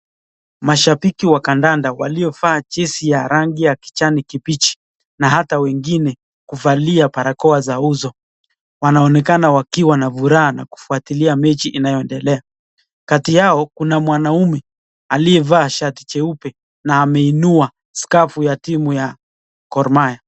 Mashabiki wa kandanda waliova jezi ya rangi ya kichani kipichi na hata wengine kuvalia barakoa za uso. Wanaonekana wakiwa na furaha na kufuatilia mechi inayoendelea. Kati yao kuna mwanaume aliyevaa shati cheupe na ameinua skafu ya Gor mahia.